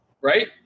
right